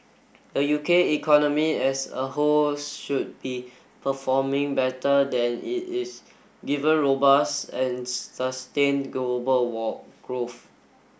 the U K economy as a whole should be performing better than it is given robust and sustained global war growth